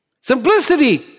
Simplicity